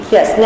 Yes